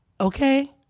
okay